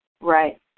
Right